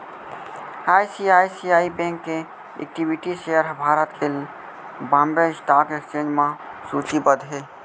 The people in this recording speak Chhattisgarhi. आई.सी.आई.सी.आई बेंक के इक्विटी सेयर ह भारत के बांबे स्टॉक एक्सचेंज म सूचीबद्ध हे